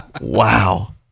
Wow